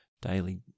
daily